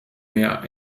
mehr